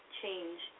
change